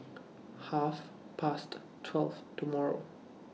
Half Past twelve tomorrow